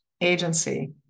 agency